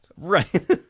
right